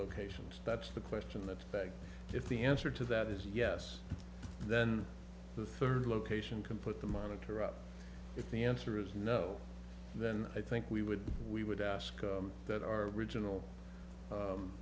locations that's the question that if the answer to that is yes then the third location can put the monitor up if the answer is no then i think we would we would ask that our original